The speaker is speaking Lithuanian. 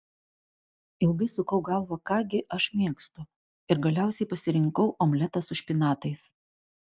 ilgai sukau galvą ką gi aš mėgstu ir galiausiai pasirinkau omletą su špinatais